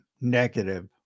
negative